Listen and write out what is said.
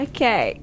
Okay